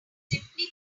simply